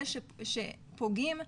אלה שפוגעים,